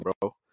bro